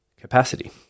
capacity